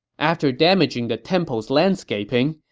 after damaging the temple's landscaping,